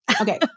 Okay